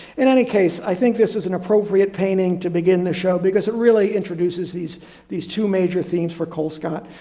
in any case, i think this is an appropriate painting to begin the show because it really introduces these these two major themes for colescott,